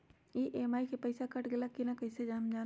EMI के पईसा कट गेलक कि ना कइसे हम जानब?